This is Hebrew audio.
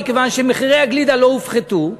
מכיוון שמחירי הגלידה לא הופחתו,